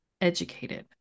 educated